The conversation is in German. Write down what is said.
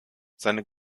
seine